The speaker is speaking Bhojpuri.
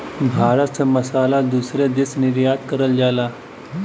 भारत से मसाला दूसरे देश निर्यात करल जाला